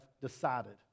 decided